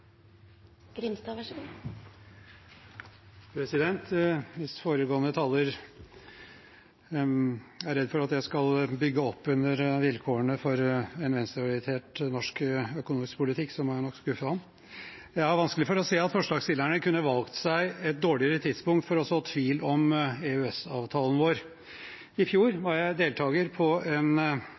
er redd for at jeg skal bygge opp under vilkårene for en venstreorientert norsk økonomisk politikk, må jeg nok skuffe ham. Jeg har vanskelig for å se at forslagsstillerne kunne valgt seg et dårligere tidspunkt for å så tvil om EØS-avtalen vår. I fjor var jeg deltaker på et besøk til EU-parlamentet i Brussel, der vi møtte en